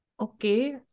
Okay